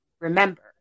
Remember